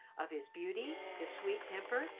of his beauty, his sweet temper,